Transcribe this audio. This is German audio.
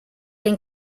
den